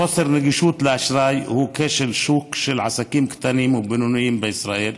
חוסר נגישות לאשראי הוא כשל שוק של עסקים קטנים ובינוניים בישראל.